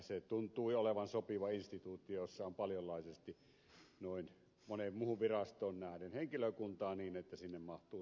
se tuntui olevan sopiva instituutio jossa on paljonlaisesti moneen muuhun virastoon nähden henkilökuntaa niin että sinne mahtuu tämmöinenkin asia